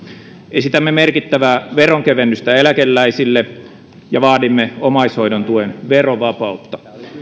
esitämme merkittävää veronkevennystä eläkeläisille ja vaadimme omaishoidon tuen verovapautta